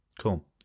Cool